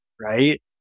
right